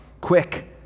Quick